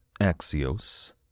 Axios